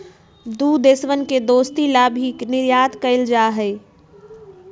दु देशवन के दोस्ती ला भी निर्यात कइल जाहई